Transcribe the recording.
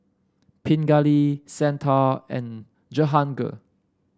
Pingali Santha and Jehangirr